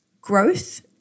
growth